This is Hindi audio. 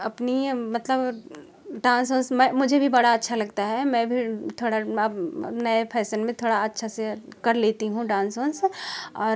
अपनी मतलब डांस वांस में मुझे भी बड़ा अच्छा लगता है मैं भी थोड़ा अब नए फैशन में थोड़ा अच्छे से कर लेती हूँ डांस वांस और